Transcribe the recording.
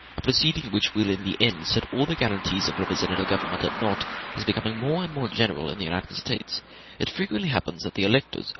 a proceeding which will in the end set all the guarantees of representative government at naught is becoming more and more general in the united states it frequently happens that the electors,